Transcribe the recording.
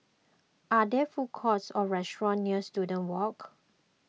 are there food courts or restaurants near Student Walk